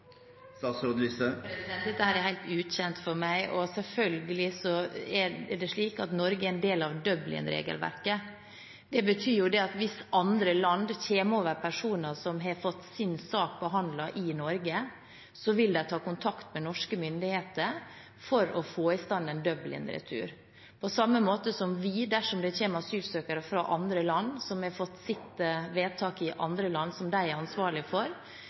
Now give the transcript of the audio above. Dette er helt ukjent for meg. Selvfølgelig er det slik at Norge er en del av Dublin-regelverket, og det betyr at hvis andre land kommer over personer som har fått sin sak behandlet i Norge, vil de ta kontakt med norske myndigheter for å få i stand en Dublin-retur. På samme måte som vi, dersom det kommer asylsøkere fra andre land som har fått sitt vedtak i andre land som de er ansvarlig for,